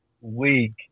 week